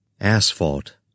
Asphalt